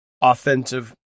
offensive